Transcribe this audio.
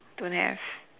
don't have